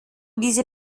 diese